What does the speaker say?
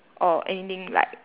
or anything like